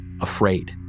afraid